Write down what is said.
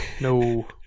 No